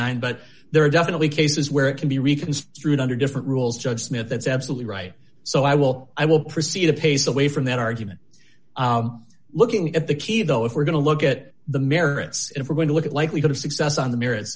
nine but there are definitely cases where it can be reconstructed under different rules judge smith that's absolutely right so i will i will proceed to pace away from that argument looking at the key though if we're going to look at the merits if we're going to look at likelihood of success on the merit